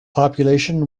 population